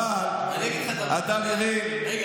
אבל אתה מבין, תקשיב, אני אגיד לך עוד דבר.